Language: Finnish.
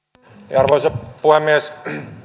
arvoisa puhemies